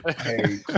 hey